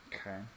okay